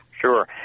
Sure